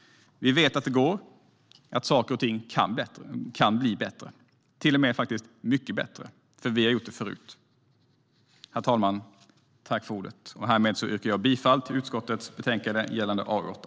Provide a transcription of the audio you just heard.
Vi vet att det går och att saker och ting kan bli bättre, till och med mycket bättre. Vi har gjort det förut. Herr talman! Härmed yrkar jag bifall till förslaget i utskottets betänkande AU8.